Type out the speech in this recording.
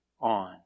on